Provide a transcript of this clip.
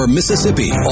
Mississippi